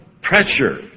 pressure